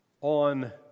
on